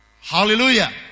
Hallelujah